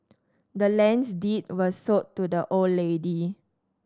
the land's deed was sold to the old lady